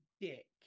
dick